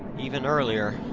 even earlier.